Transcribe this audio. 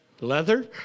Leather